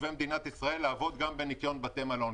תושבי מדינת ישראל לעבוד גם בניקיון בתי מלון.